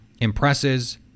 impresses